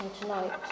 tonight